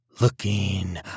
Looking